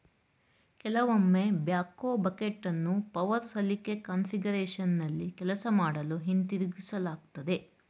ಕೆಲವೊಮ್ಮೆ ಬ್ಯಾಕ್ಹೋ ಬಕೆಟನ್ನು ಪವರ್ ಸಲಿಕೆ ಕಾನ್ಫಿಗರೇಶನ್ನಲ್ಲಿ ಕೆಲಸ ಮಾಡಲು ಹಿಂತಿರುಗಿಸಲಾಗ್ತದೆ